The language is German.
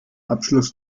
abschluss